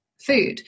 food